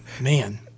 man